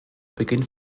beginnt